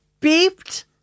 beeped